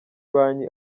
banki